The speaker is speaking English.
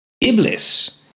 Iblis